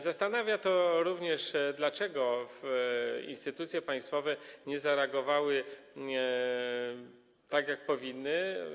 Zastanawia również, dlaczego instytucje państwowe nie zareagowały tak, jak powinny.